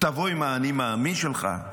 תבוא עם האני מאמין שלך.